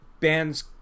bands